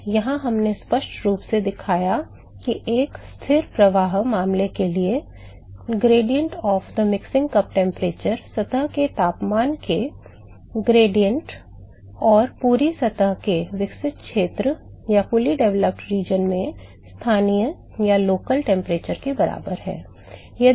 तो वहाँ हमने स्पष्ट रूप से दिखाया कि एक स्थिर प्रवाह मामले के लिए मिश्रण कप तापमान का ढाल सतह के तापमान के ढाल और पूरी तरह से विकसित क्षेत्र में स्थानीय तापमान के बराबर है